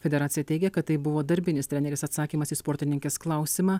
federacija teigia kad tai buvo darbinis trenerės atsakymas į sportininkės klausimą